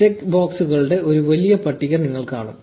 check ബോക്സുകളുടെ ഒരു വലിയ പട്ടിക നിങ്ങൾ കാണും